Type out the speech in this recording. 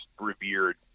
revered